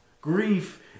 Grief